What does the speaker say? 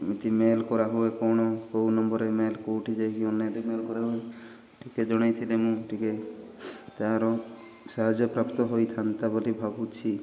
ଏମିତି ମେଲ୍ କରା ହୁଏ କ'ଣ କେଉଁ ନମ୍ବର୍ରେ ମେଲ୍ କେଉଁଠି ଯାଇକି ଅନ୍ୟରେ ମେଲ୍ କରା ହୁଏ ଟିକେ ଜଣାଇ ଥିଲେ ମୁଁ ଟିକେ ତା'ର ସାହାଯ୍ୟ ପ୍ରାପ୍ତ ହୋଇଥାନ୍ତା ବୋଲି ଭାବୁଛି